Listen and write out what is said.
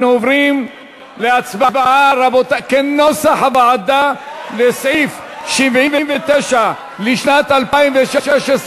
אנחנו עוברים להצבעה על סעיף 79 לשנת 2016,